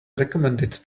recommended